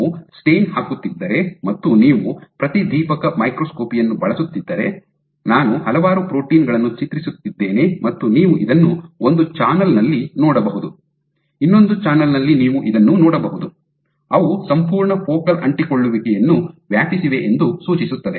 ನೀವು ಸ್ಟೈನ್ ಹಾಕುತ್ತಿದ್ದರೆ ಮತ್ತು ನೀವು ಪ್ರತಿದೀಪಕ ಮೈಕ್ರೋಸ್ಕೋಪಿ ಯನ್ನು ಬಳಸುತ್ತಿದ್ದರೆ ನಾನು ಹಲವಾರು ಪ್ರೋಟೀನ್ ಗಳನ್ನು ಚಿತ್ರಿಸುತ್ತಿದೇನೆ ಮತ್ತು ನೀವು ಇದನ್ನು ಒಂದು ಚಾನಲ್ ನಲ್ಲಿ ನೋಡಬಹುದು ಇನ್ನೊಂದು ಚಾನಲ್ ನಲ್ಲಿ ನೀವು ಇದನ್ನು ನೋಡಬಹುದು ಅವು ಸಂಪೂರ್ಣ ಫೋಕಲ್ ಅಂಟಿಕೊಳ್ಳುವಿಕೆಯನ್ನು ವ್ಯಾಪಿಸಿವೆ ಎಂದು ಸೂಚಿಸುತ್ತದೆ